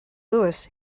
louis